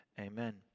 amen